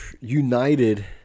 United